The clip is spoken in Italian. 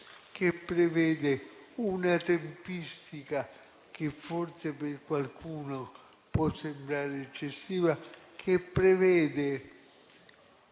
che prevede una tempistica che forse a qualcuno può sembrare eccessiva, che prevede